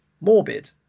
morbid